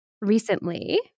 recently